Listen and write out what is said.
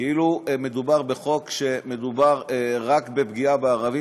כאילו מדובר בחוק שמדובר רק בפגיעה בערבים.